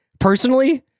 Personally